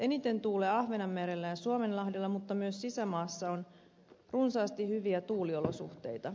eniten tuulee ahvenanmerellä ja suomenlahdella mutta myös sisämaassa on runsaasti hyviä tuuliolosuhteita